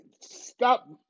stop